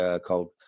called